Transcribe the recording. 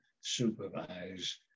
supervise